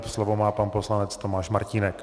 Slovo má pan poslanec Tomáš Martínek.